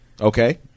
Okay